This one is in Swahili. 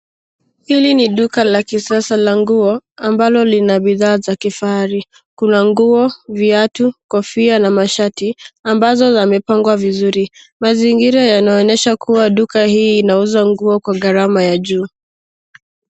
Hili ni duka la kisasa la nguo ambalo lina bidhaa za kifahari. Kuna nguo, viatu, kofia na mashati, ambazo yamepangwa vizuri. Mazingira yanaonyesha kuwa duka hii inauza nguo kwa gharama ya juu.